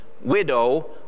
widow